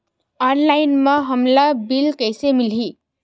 Online म हमला bill कइसे मिलही?